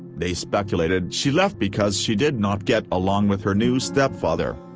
they speculated she left because she did not get along with her new stepfather.